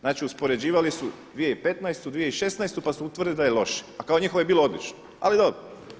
Znači uspoređivali su 2015., 2016. pa su utvrdili da je loše, a kao njihova je bila odlična, ali dobro.